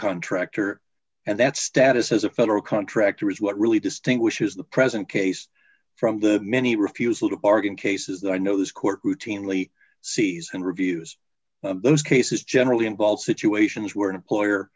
contractor and that status has a federal contractor is what really distinguishes the present case from the many refusal to bargain cases that i know this court routinely sees and reviews those cases generally involves situations